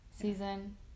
season